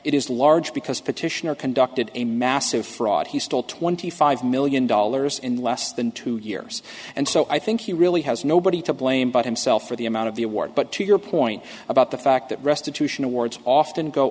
it is large because petitioner conducted a massive fraud he stole twenty five million dollars in less than two years and so i think he really has nobody to blame but himself for the amount of the award but to your point about the fact that restitution awards often go